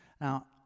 Now